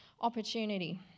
opportunity